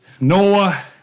Noah